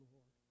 Lord